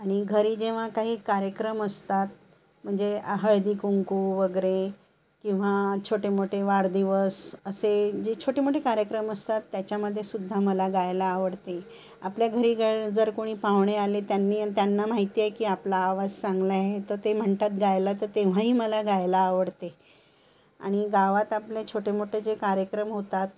आणि घरी जेव्हा काही कार्यक्रम असतात म्हणजे हळदीकुंकू वगैरे किंवा छोटे मोठे वाढदिवस असे जे छोटे मोठे कार्यक्रम असतात त्याच्यामध्ये सुद्धा मला गायला आवडते आपल्या घरी ग जर कोणी पाहुणे आले त्यांनी त्यांना माहिती आहे की आपला आवाज चांगला आहे तर ते म्हणतात गायला तर तेव्हाही मला गायला आवडते आणि गावात आपले छोटे मोठे जे कार्यक्रम होतात